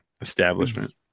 establishment